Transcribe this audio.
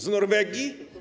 Z Norwegii?